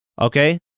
Okay